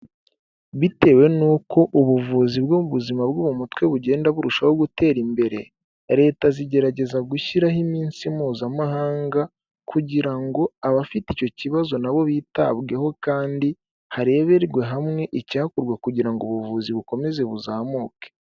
Bitewe n'uko ubuvuzi bwo mu buzima bwo mu mutwe bugenda burushaho gutera imbere, leta zigerageza gushyiraho iminsi mpuzamahanga kugira ngo abafite icyo kibazo nabo bitabweho, kandi harebererwe hamwe icyakorwa kugira ngo ubuvuzi bukomeze buzamuke.